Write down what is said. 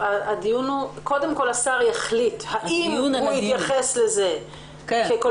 קודם כל השר יחליט האם הוא יתייחס לזה כפרטי